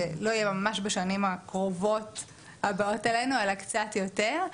לא יהיה ממש בשנים הקרובות הבאות עלינו אלא קצת יותר.